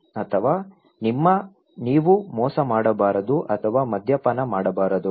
ಅಥವಾ ನಿಮ್ಮ ನೀವು ಮೋಸ ಮಾಡಬಾರದು ಅಥವಾ ಮದ್ಯಪಾನ ಮಾಡಬಾರದು